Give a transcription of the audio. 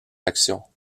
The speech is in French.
actions